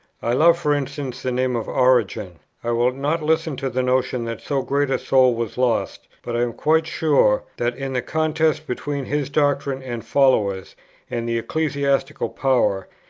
i love, for instance, the name of origen i will not listen to the notion that so great a soul was lost but i am quite sure that, in the contest between his doctrine and followers and the ecclesiastical power,